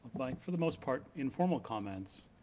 like for the most part informal comments,